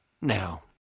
now